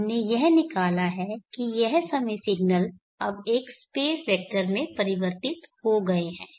हमने यह निकाला है कि यह समय सिग्नल्स अब एक स्पेस वेक्टर में परिवर्तित हो गए हैं